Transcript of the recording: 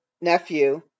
nephew